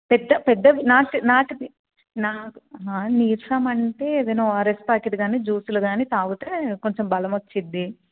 పెద్ద పెద్దవి నాకు నాకు నాకు నీరసం అంటే ఏదైనా ఓఆరెస్ ప్యాకెట్ కాని జ్యూసులు కాని తాగుతే కొంచం బలం వస్తుంది